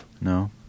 No